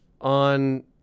on